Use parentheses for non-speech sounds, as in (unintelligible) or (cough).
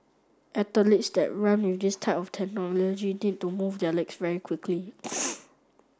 (unintelligible) that run with this type of technology need to move their legs very quickly (noise)